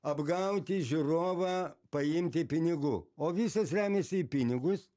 apgauti žiūrovą paimti pinigų o visas remiasi į pinigus